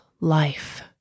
life